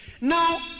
Now